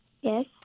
Yes